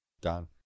done